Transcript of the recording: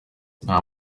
nta